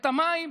את המים,